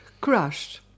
crushed